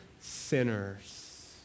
sinners